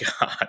god